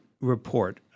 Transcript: report